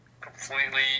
completely